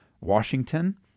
Washington